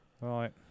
Right